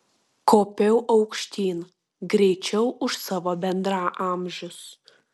kopiau aukštyn greičiau už savo bendraamžius